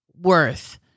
worth